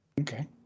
Okay